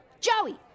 Joey